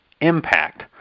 impact